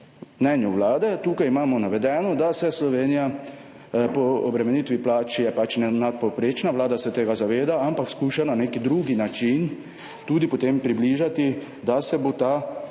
tukaj imamo navedeno, da je Slovenija po obremenitvi plač nadpovprečna, Vlada se tega zaveda, ampak skuša na nek drugi način tudi potem približati, da se bo ta obdavčitev